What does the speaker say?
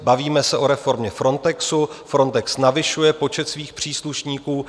Bavíme se o reformě Frontexu, Frontex navyšuje počet svých příslušníků.